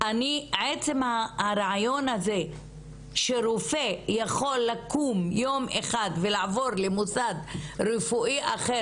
עצם הרעיון הזה שרופא יכול לקום יום אחד ולעבור למוסד רפואי אחר